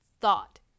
thought